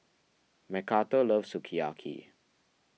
Macarthur loves Sukiyaki